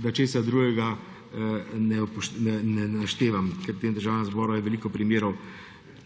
da česa drugega ne naštevam, ker v tem državnem zboru je veliko primerov, ko